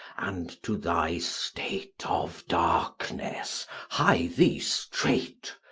and to thy state of darkness hie thee straight.